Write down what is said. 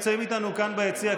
נמצאים איתנו כאן ביציע,